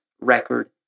Record